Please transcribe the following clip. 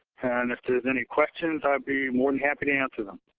and if there's any questions, i'd be more than happy to answer them.